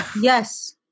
yes